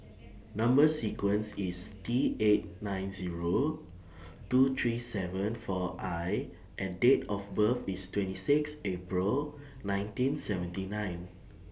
Number sequence IS T eight nine Zero two three seven four I and Date of birth IS twenty six April nineteen seventy nine